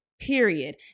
period